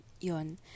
yun